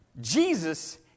Jesus